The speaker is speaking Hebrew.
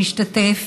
שהשתתף,